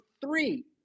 three